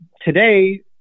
today